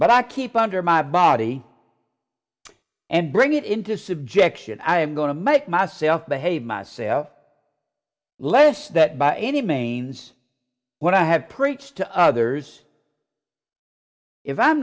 but i keep under my body and bring it into subjects that i am going to make myself behave myself less that by any means what i have preached to others if i